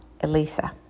Elisa